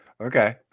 Okay